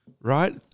right